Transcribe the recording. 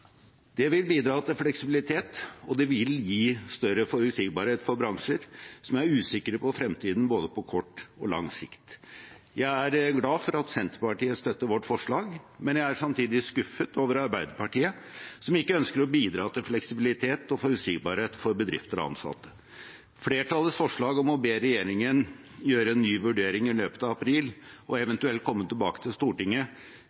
Det vil bidra til fleksibilitet, og det vil gi større forutsigbarhet for bransjer som er usikre på fremtiden på både kort og lang sikt. Jeg er glad for at Senterpartiet støtter vårt forslag, men jeg er samtidig skuffet over Arbeiderpartiet, som ikke ønsker å bidra til fleksibilitet og forutsigbarhet for bedrifter og ansatte. Flertallets forslag om å be regjeringen gjøre en ny vurdering i løpet av april og